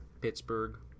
Pittsburgh